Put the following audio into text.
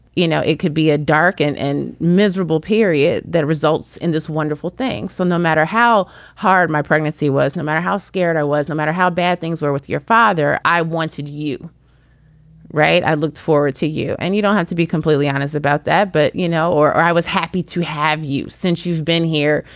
you know, it could be a dark and and miserable period that results in this wonderful thing so no matter how hard my pregnancy was, no matter how scared i was, no matter how bad things were with your father, i wanted you right. i looked forward to you. and you don't have to be completely honest about that. but you know or or i was happy to have you since you've been here.